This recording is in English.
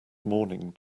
morning